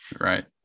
Right